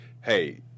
hey